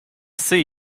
see